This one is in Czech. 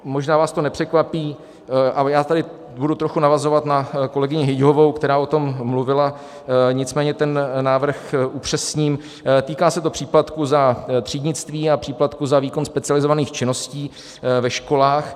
Možná vás to nepřekvapí, budu tady trochu navazovat na kolegyni Hyťhovou, která o tom mluvila, nicméně návrh upřesním, týká se to příplatku za třídnictví a příplatku za výkon specializovaných činností ve školách.